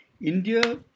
India